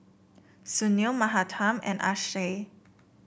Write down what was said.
Sunil Mahatma and Akshay